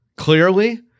Clearly